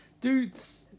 Dudes